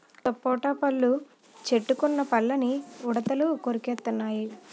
సపోటా పళ్ళు చెట్టుకున్న పళ్ళని ఉడతలు కొరికెత్తెన్నయి